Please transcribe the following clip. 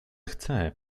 chce